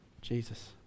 Jesus